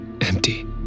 empty